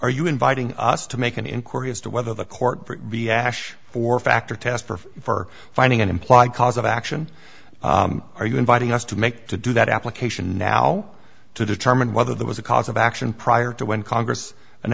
are you inviting us to make an inquiry as to whether the court be ash or factor tester for finding an implied cause of action are you inviting us to make to do that application now to determine whether there was a cause of action prior to when congress an